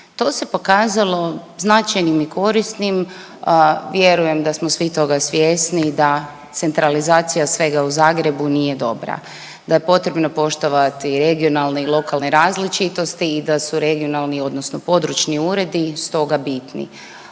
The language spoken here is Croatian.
To se pokazalo značajnim i korisnim, vjerujem da smo svi toga svjesni da centralizacija svega u Zagrebu nije dobra, da je potrebno poštovati regionalne i lokalne različitosti i da su regionalni odnosno područni uredi stoga bitni.